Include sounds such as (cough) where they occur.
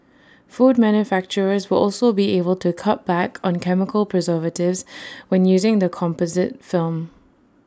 food manufacturers will also be able to cut back on chemical preservatives (noise) when using the composite film